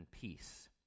peace